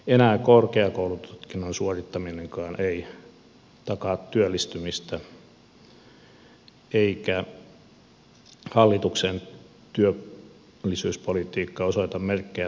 enää korkeakoulututkinnon suorittaminenkaan ei takaa työllistymistä eikä hallituksen työllisyyspolitiikka osoita merkkejä tervehtymisestä